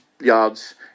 yards